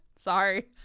Sorry